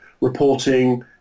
reporting